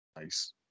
Nice